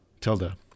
tilda